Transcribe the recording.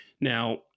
Now